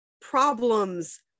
problems